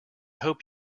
hope